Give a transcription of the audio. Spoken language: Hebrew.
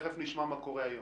תכף נשמע מה קורה היום.